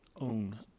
own –